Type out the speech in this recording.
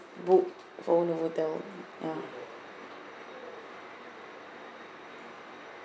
book for novotel ya